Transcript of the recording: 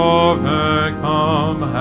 overcome